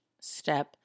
step